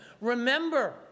Remember